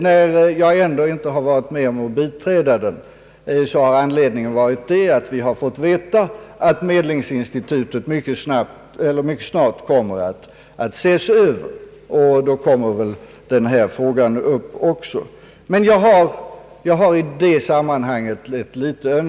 När jag ändå varit med om att inte biträda den, är anledningen att vi fått veta att medlingsinstitutet mycket snart kommer att ses över, och då kommer väl även denna fråga upp.